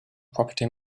property